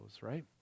right